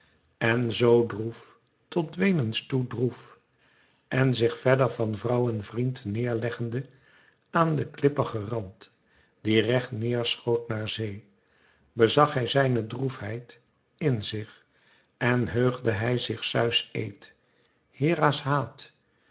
en zoo droef tot weenens toe droef en zich verder van vrouw en vriend neêr leggen de aan den klippigen rand die recht neêr schoot naar zee bezag hij zijne droefheid in zich en heugde hij zich zeus eed hera's haat